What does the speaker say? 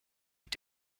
mit